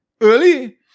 early